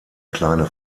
kleine